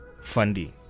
funding